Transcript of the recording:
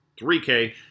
3K